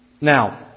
Now